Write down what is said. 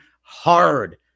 hard